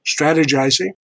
strategizing